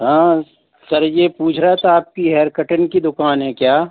हाँ सर यह पूछ रहा था आपकी हेयर कटिंग की दुकान है क्या